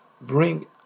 bring